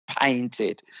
painted